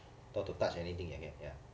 not to touch anything if I can ya